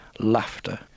laughter